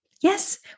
Yes